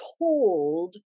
told